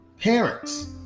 parents